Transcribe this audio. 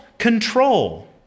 Control